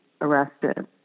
arrested